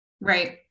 right